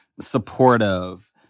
supportive